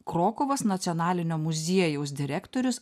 krokuvos nacionalinio muziejaus direktorius